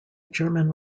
german